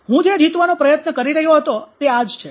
હું જે જીતવાનો પ્રયત્ન કરી રહ્યો હતો તે આ જ છે